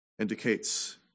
indicates